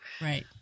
Right